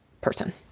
person